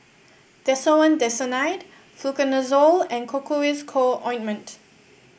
Desowen Desonide Fluconazole and Cocois Co Ointment